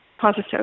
positive